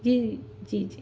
جی جی جی